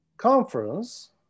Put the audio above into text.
conference